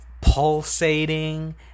pulsating